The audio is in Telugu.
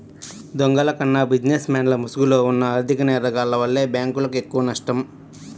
దొంగల కన్నా బిజినెస్ మెన్ల ముసుగులో ఉన్న ఆర్ధిక నేరగాల్ల వల్లే బ్యేంకులకు ఎక్కువనష్టం